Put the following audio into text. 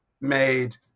made